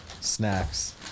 snacks